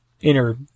inner